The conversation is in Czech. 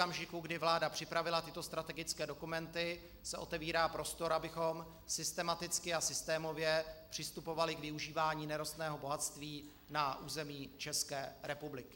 Od okamžiku, kdy vláda připravila tyto strategické dokumenty, se otevírá prostor, abychom systematicky a systémově přistupovali k využívání nerostného bohatství na území České republiky.